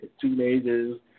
teenagers